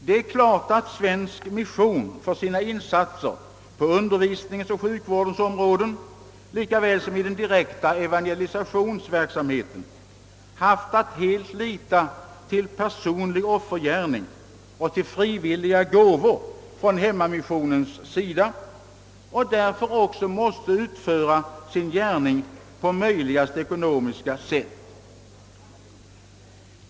Det är klart att svensk mission för sina insatser på undervisningens och sjukvårdens områden, lika väl som i den direkta evangelisationsverksamheten, haft att helt lita till personlig offergärning och till frivilliga gåvor från hemmamissionens sida och därför också måste utföra sin gärning på ekonomiskt bästa möjliga sätt.